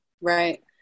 Right